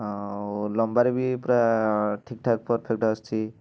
ଆଉ ଲମ୍ବାରେ ବି ପୁରା ଠିକ୍ ଠାକ୍ ପରଫେକ୍ଟ ଆସୁଛି